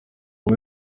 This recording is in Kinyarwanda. ngo